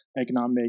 economic